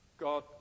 God